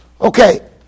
Okay